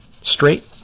straight